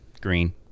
Green